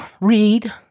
read